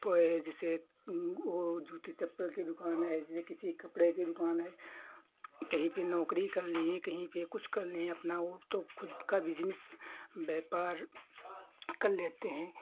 ओ है जैसे वो जूते चप्पल की दुकान है वो किसी कपड़े की दुकान है कही पे नौकरी करनी हैं कही पे कुछ करनी है अपना वो तो खुद का बिजनिस व्यापार कर लेते हैं